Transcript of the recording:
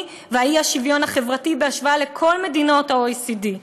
והאי-שוויון החברתי בהשוואה לכל מדינות ה-OECD.